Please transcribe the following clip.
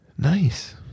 Nice